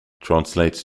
translates